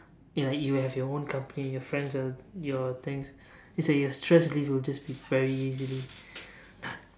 ya like if you have your own company your friends uh your things it's like your stress will just leave very easily